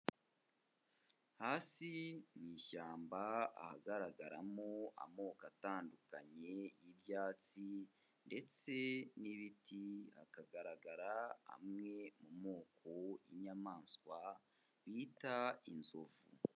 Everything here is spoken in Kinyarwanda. Hasi mu ishyamba ahagaragaramo amoko atandukanye y'ibyatsi ndetse n'ibiti hakagaragara amwe mu moko y'inyamaswa bita inzovu.